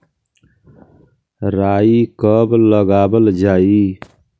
राई कब लगावल जाई?